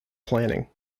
planning